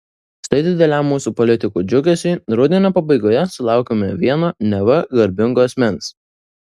štai dideliam mūsų politikų džiugesiui rudenio pabaigoje sulaukėme vieno neva garbingo asmens